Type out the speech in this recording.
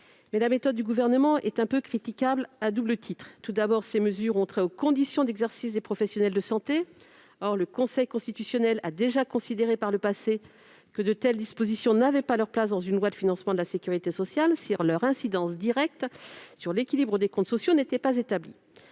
Mais la méthode du Gouvernement est critiquable à un double titre. D'abord, les mesures en question ont trait aux conditions d'exercice des professionnels de santé. Or le Conseil constitutionnel a déjà considéré par le passé que de telles dispositions n'avaient pas leur place dans une loi de financement de la sécurité sociale si leur incidence directe sur l'équilibre des comptes sociaux n'était pas établie.